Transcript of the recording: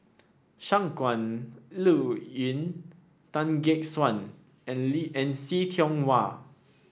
Shangguan Liuyun Tan Gek Suan and Lee and See Tiong Wah